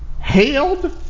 hailed